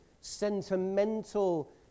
sentimental